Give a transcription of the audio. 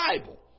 Bible